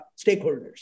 stakeholders